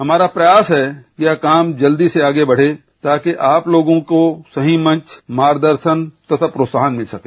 हमारा प्रयास है कि यह काम जल्दी से आगे बढे ताकि आप लोगों को सही मंच मार्गदर्शन तथा प्रोत्साहन मिल सके